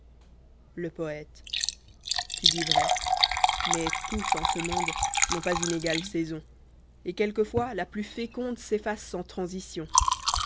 le poète tu dis vrai mais tous en ce monde n'ont pas une égale saison et quelque fois la plus féconde s'efface sans transition